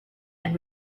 and